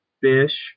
fish